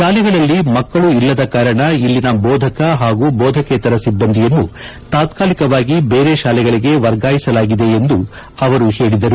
ಶಾಲೆಗಳಲ್ಲಿ ಮಕ್ಕಳು ಇಲ್ಲದ ಕಾರಣ ಇಲ್ಲಿನ ಬೋಧಕ ಹಾಗೂ ಬೋಧಕೇತರ ಸಿಬ್ಲಂದಿಯನ್ನು ತಾತ್ತಲಿಕವಾಗಿ ಬೇರೆ ಶಾಲೆಗಳಿಗೆ ವರ್ಗಾಯಿಸಲಾಗಿದೆ ಎಂದು ಅವರು ಹೇಳಿದರು